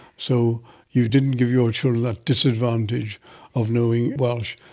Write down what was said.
so you didn't give your children that disadvantage of knowing welsh.